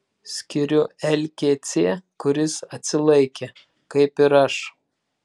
skiriu lkc kuris atsilaikė kaip ir aš